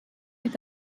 est